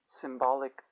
symbolic